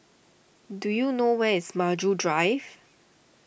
do you know where is Maju Drive